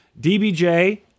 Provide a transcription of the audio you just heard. DBJ